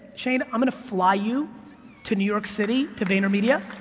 shane, i'm gonna fly you to new york city, to vayner media,